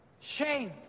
Shame